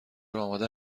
آماده